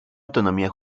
autonomía